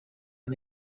and